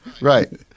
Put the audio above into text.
right